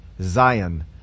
Zion